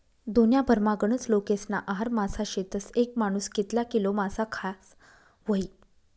दुन्याभरमा गनज लोकेस्ना आहार मासा शेतस, येक मानूस कितला किलो मासा खास व्हयी?